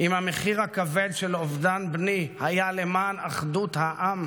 "אם המחיר הכבד של אובדן בני היה למען אחדות העם,